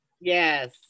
Yes